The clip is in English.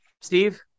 Steve